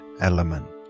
element